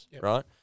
right